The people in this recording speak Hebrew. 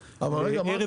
כלומר, אם זה נוגע